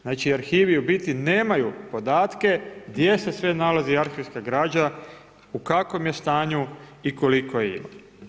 Znači, arhivi u biti nemaju podatke, gdje se sve nalazi arhivska građa, u kakvom je stanju i koliko je ima.